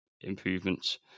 improvements